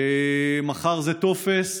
מחר זה טופס.